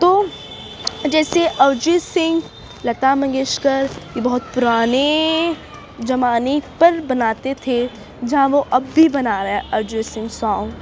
تو جیسے اریجیت سنگھ لتا منگیشکر یہ بہت پرانے زمانے پر بناتے تھے جہاں وہ اب بھی بنا رہے ہیں اریجیت سنگھ سانگ